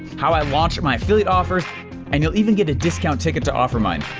how i launched my affiliate offers and you'll even get a discount ticket to offer mine.